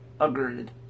Agreed